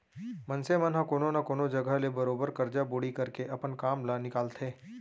मनसे मन ह कोनो न कोनो जघा ले बरोबर करजा बोड़ी करके अपन काम ल निकालथे